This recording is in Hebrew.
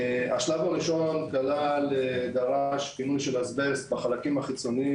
השלב הראשון כלל ודרש פינוי של אסבסט בחלקים החיצוניים,